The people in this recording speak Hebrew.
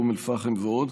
באום אל-פחם ועוד.